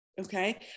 okay